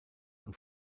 und